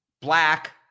black